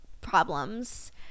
problems